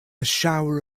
shower